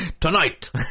tonight